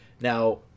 Now